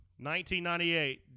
1998